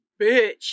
bitch